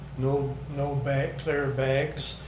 no no but clear bags,